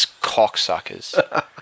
cocksuckers